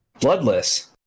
Bloodless